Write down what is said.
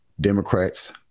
Democrats